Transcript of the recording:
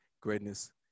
Greatness